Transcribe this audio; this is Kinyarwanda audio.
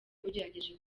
ugerageje